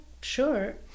sure